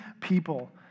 people